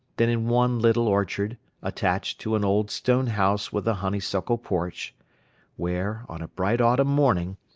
than in one little orchard attached to an old stone house with a honeysuckle porch where, on a bright autumn morning,